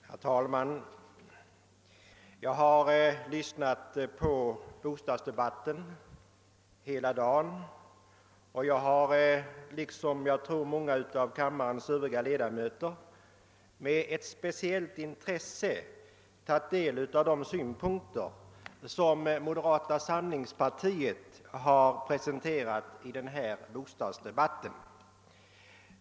Herr talman! Jag har lyssnat på bostadsdebatten hela dagen, och jag har liksom jag tror många av kammarens övriga ledamöter med ett speciellt intresse tagit del av de synpunkter som moderata samlingspartiets företrädare har presenterat i denna bostadsdebatt.